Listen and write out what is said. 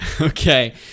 okay